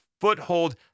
foothold